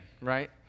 right